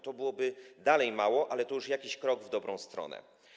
To byłoby dalej mało, ale byłby to jakiś krok w dobrą stronę.